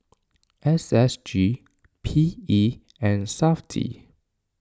S S G P E and SAFTI